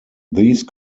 these